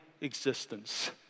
existence